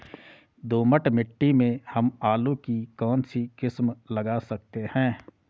दोमट मिट्टी में हम आलू की कौन सी किस्म लगा सकते हैं?